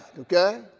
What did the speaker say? okay